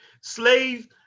slave